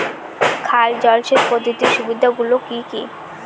খাল জলসেচ পদ্ধতির সুবিধাগুলি কি কি?